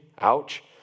Ouch